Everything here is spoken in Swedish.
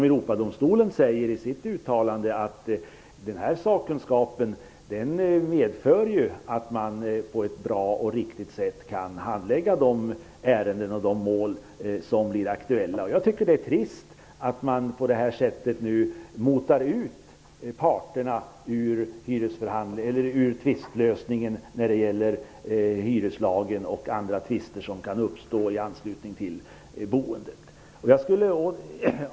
Europadomstolen säger i sitt uttalande att den här sakkunskapen medför att man på ett bra och riktigt sätt kan handlägga de ärenden och de mål som blir aktuella. Jag tycker att det är trist att man nu motar ut parterna ut tvistlösningen när det gäller hyreslagen och andra tvister som kan uppstå i anslutning till boendet.